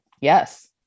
yes